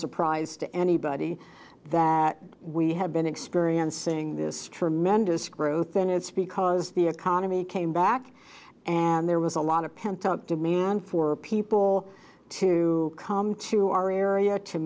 surprise to anybody that we have been experiencing this tremendous growth and it's because the economy came back and there was a lot of pent up demand for people to come to our area to